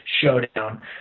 showdown